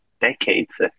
decades